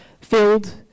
filled